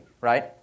right